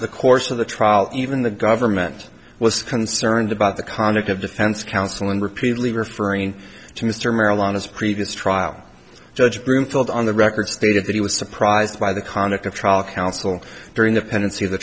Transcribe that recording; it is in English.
the course of the trial even the government was concerned about the conduct of defense counsel and repeatedly referring to mr marijuana's previous trial judge broomfield on the record stated that he was surprised by the conduct of trial counsel during the pendency